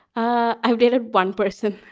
i've dated one person.